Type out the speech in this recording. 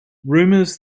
rumors